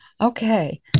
Okay